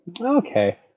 Okay